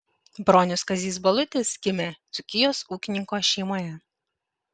bronius kazys balutis gimė dzūkijos ūkininko šeimoje